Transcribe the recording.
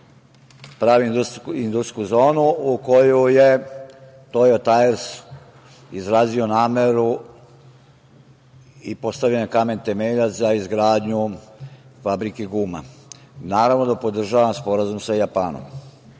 pravi industrijsku zonu u koju je „Tojo tajers“ izrazio nameru i postavljen je kamen temeljac za izgradnju fabrike guma, naravno da podržavam sporazum sa Japanom. Interes